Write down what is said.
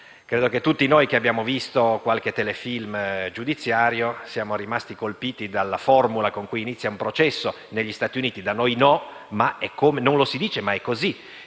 Credo che tutti noi che abbiamo visto qualche telefilm giudiziario siamo rimasti colpiti dalla formula con cui inizia un processo negli Stati Uniti (da noi no, perché non lo si dice, ma è così).